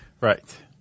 Right